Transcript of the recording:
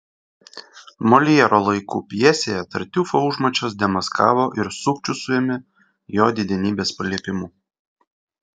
moljero laikų pjesėje tartiufo užmačias demaskavo ir sukčių suėmė jo didenybės paliepimu